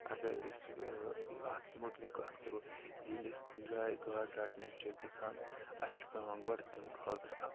اگر أسۍ اَتھ متعلق کَتھ کَرو ییٚلہِ أسۍ کُنہِ جایہِ گاڈٕ رَٹنہِ چھِ گژھان اَسہِ چھِ پٮ۪وان گۄڈٕ تَمہِ خٲطرٕ اَکھ